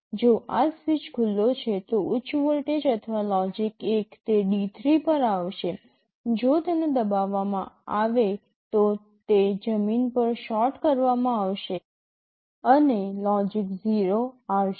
જો આ સ્વીચ ખુલ્લો છે તો ઉચ્ચ વોલ્ટેજ અથવા લોજિક 1 તે D3 પર આવશે જો તેને દબાવવામાં આવે તો તે જમીન પર શોર્ટ કરવામાં આવશે અને લોજિક 0 આવશે